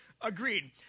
agreed